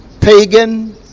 Pagan